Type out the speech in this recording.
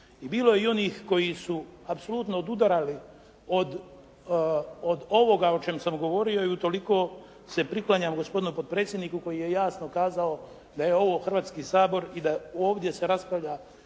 bilo je i onih koji su apsolutno odudarali od ovoga o čemu sam govorio i utoliko se priklanjam gospodinu potpredsjedniku koji je jasno kazao da je ovo Hrvatski sabor i da ovdje se raspravlja